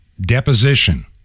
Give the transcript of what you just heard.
deposition